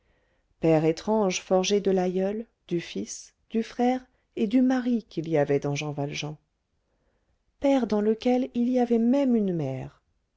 père étrange forgé de l'aïeul du fils du frère et du mari qu'il y avait dans jean valjean père dans lequel il y avait même une mère